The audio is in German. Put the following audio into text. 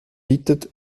bietet